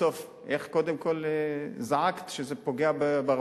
בסוף, איך קודם זעקת, שהקיצוץ פוגע ברווחה?